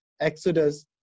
Exodus